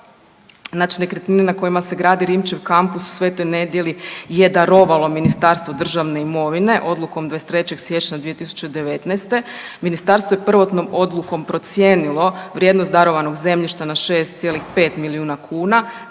znači nekretnine na kojima se gradi Rimčev kampus u Sv. Nedelji je darovalo Ministarstvo državne imovine odlukom 23. siječnja 2019. Ministarstvo je prvotnom odlukom procijenilo vrijednost darovanog zemljišta na 6,5 milijuna kuna,